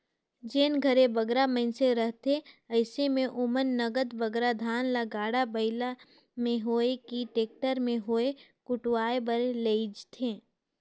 जेन घरे बगरा मइनसे रहथें अइसे में ओमन नगद बगरा धान ल गाड़ा बइला में होए कि टेक्टर में होए कुटवाए बर लेइजथें